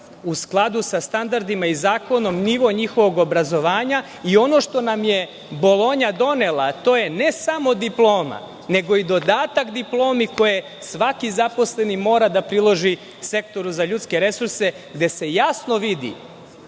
u skladu sa standardima i zakonom nivo njihovog obrazovanja. Ono što nam je Bolonja donela, to je ne samo diploma, nego i dodatak diplomi koji svaki zaposleni mora da priloži Sektoru za ljudske resurse, gde se jasno vidi